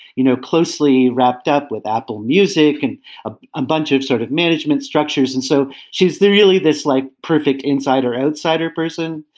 you know, closely wrapped up with apple music and a ah bunch of sort of management structures. and so she's really this like perfect insider outsider person.